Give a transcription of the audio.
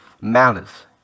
malice